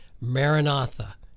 Maranatha